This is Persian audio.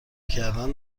کردن